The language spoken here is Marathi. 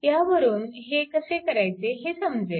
त्यावरून हे कसे करायचे ते समजेल